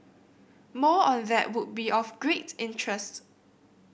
more on that would be of great interest